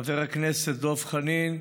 חבר הכנסת דב חנין,